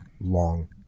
long